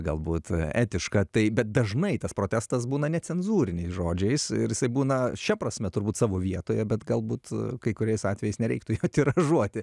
galbūt etiška taip bet dažnai tas protestas būna necenzūriniais žodžiais ir jisai būna šia prasme turbūt savo vietoje bet galbūt kai kuriais atvejais nereiktų jo tiražuoti